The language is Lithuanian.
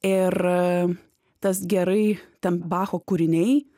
ir tas gerai ten bacho kūriniai